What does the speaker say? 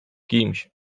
kimś